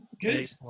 good